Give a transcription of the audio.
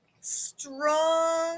strong